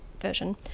version